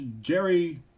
Jerry